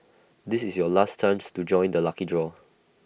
this is your last times to join the lucky draw